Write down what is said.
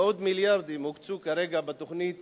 ועוד מיליארדים הוקצו כרגע בתוכנית